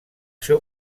seu